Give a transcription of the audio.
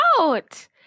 out